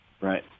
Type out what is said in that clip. right